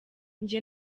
njye